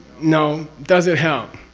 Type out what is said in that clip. no. does it help?